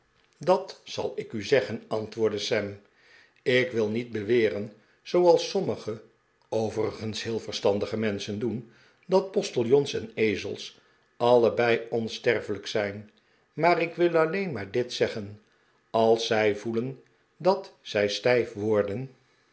dat zal ik u zeggen antwoordde sam ik wil niet beweren zooals sommige overigens heel verstandige menschen doen dat postiljons en ezels allebei onsterfelijk zijn maar ik wil alleen maar dit zeggen als zij voelen dat zij stijf worden